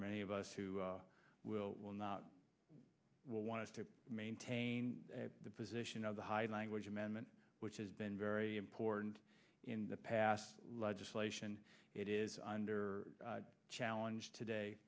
many of us who will will not will want to maintain the position of high language amendment which has been very important in the past legislation it is under challenge today